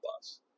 bus